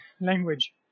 language